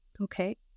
Okay